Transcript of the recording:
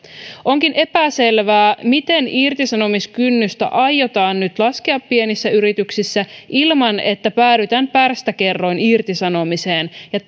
onkin epäselvää miten irtisanomiskynnystä aiotaan nyt laskea pienissä yrityksissä ilman että päädytään pärstäkerroinirtisanomiseen ja